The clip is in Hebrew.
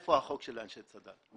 איפה החוק של אנשי צד"ל?